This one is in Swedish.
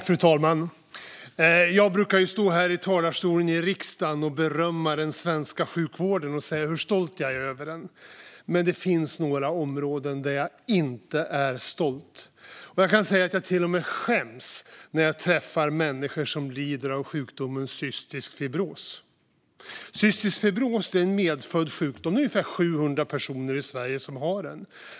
Fru talman! Jag brukar stå här i talarstolen i riksdagen och berömma den svenska sjukvården och säga hur stolt jag är över den. Men det finns några områden där jag inte är stolt. Jag kan säga att jag till och med skäms när jag träffar människor som lider av sjukdomen cystisk fibros. Cystisk fibros är en medfödd sjukdom, och det är ungefär 700 personer i Sverige som har den.